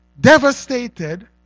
devastated